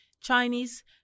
Chinese